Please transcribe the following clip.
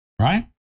right